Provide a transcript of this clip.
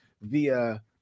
via